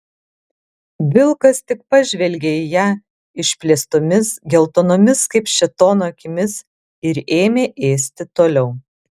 vilkas tik pažvelgė į ją išplėstomis geltonomis kaip šėtono akimis ir ėmė ėsti toliau